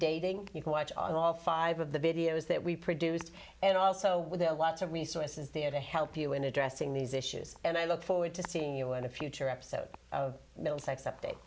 dating you can watch all five of the videos that we produced and also with lots of resources the air to help you in addressing these issues and i look forward to seeing you in a future episode of middlesex upda